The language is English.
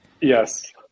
Yes